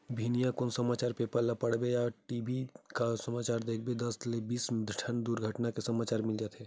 बिहनिया कुन समाचार पेपर ल पड़बे या टी.भी म समाचार देखबे त दस ले बीस ठन दुरघटना के समाचार मिली जाथे